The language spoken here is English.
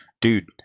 Dude